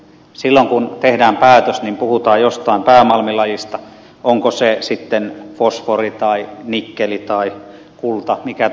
silloin kun tehdään päätös puhutaan jostain päämalmilajista onko se sitten fosfori tai nikkeli tai kulta mikä tahansa